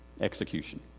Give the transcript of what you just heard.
execution